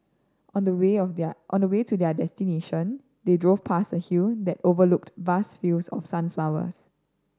on the way of their on the way to their destination they drove past a hill that overlooked vast fields of sunflowers